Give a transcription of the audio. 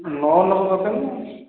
ନଅ ନମ୍ବର ଦରକାର ନା